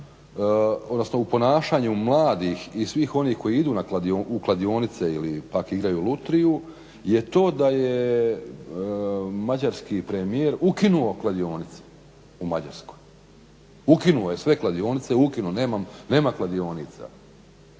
u ponašanju mladih i svih onih koji idu u kladionice ili pak igraju lutriju je to da je mađarski premijer ukinuo kladionice u Mađarskoj, ukinuo je sve kladionice, nema kladionica